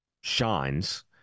shines